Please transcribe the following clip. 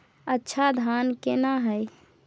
अच्छा धान केना हैय?